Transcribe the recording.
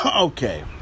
Okay